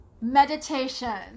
meditation